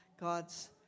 God's